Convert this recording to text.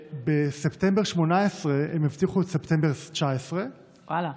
שבספטמבר 2018 הם הבטיחו את ספטמבר 2019. ואללה.